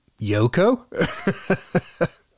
Yoko